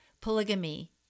polygamy